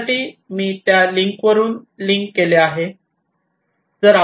या मॅपिंगसाठी मी त्या लिंकवरुन लिंक केले आहे